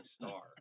star